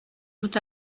tout